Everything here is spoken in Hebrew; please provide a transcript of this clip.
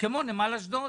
כמו נמל אשדוד?